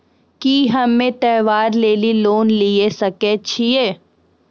की हम्मय त्योहार लेली लोन लिये सकय छियै?